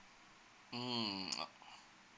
mm